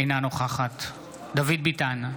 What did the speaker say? אינה נוכחת דוד ביטן,